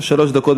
שלוש דקות.